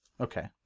Okay